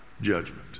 judgment